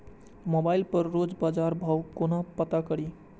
Mobile पर रोज बजार भाव कोना पता करि?